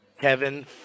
Kevin